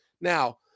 Now